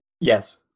yes